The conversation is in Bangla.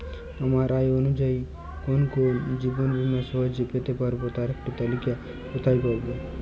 আমার আয় অনুযায়ী কোন কোন জীবন বীমা সহজে পেতে পারব তার একটি তালিকা কোথায় পাবো?